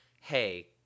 hey